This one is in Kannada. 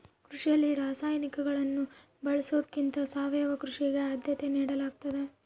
ಕೃಷಿಯಲ್ಲಿ ರಾಸಾಯನಿಕಗಳನ್ನು ಬಳಸೊದಕ್ಕಿಂತ ಸಾವಯವ ಕೃಷಿಗೆ ಆದ್ಯತೆ ನೇಡಲಾಗ್ತದ